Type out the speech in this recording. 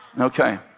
Okay